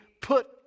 put